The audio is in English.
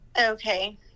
Okay